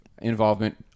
involvement